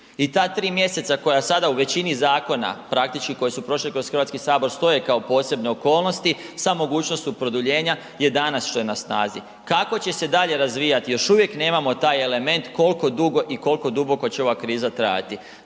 I ta 3 mjeseca koja sada u većini zakona, praktički koja su prošli kroz HS stoje kao posebne okolnosti sa mogućnošću produljenja je danas što je na snazi. Kako će se dalje razvijati još uvijek nemamo taj element kolko dugo i kolko duboko će ova kriza trajati.